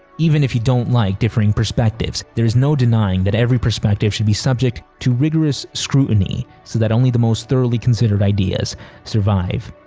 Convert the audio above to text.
even if you don't like differing perspectives, there is no denying that every perspective should be subject to rigorous scrutiny so that only the most thoroughly considered ideas survive.